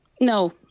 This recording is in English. No